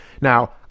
Now